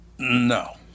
No